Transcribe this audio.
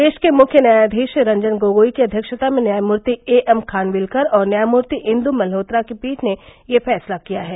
देश के मुख्य न्यायाधीश रंजन गोगोई की अध्यक्षता में न्यायमूर्ति ए एम खानविलकर और न्यायमूर्ति इंदू मल्होत्रा की पीठ ने यह फैसला किया है